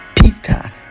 peter